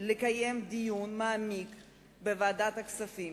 לקיים דיון מעמיק בוועדת הכספים